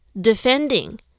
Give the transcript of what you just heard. defending